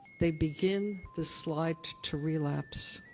they begin the slide to relapse.